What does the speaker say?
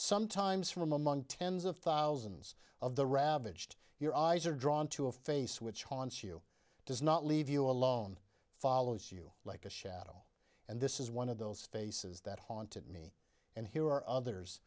sometimes from among tens of thousands of the ravaged your eyes are drawn to a face which haunts you does not leave you alone follows you like a shadow and this is one of those faces that haunted me and here are others